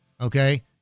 Okay